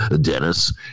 Dennis